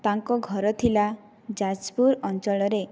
ତାଙ୍କ ଘର ଥିଲା ଯାଜପୁର ଅଞ୍ଚଳରେ